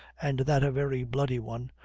and that a very bloody one,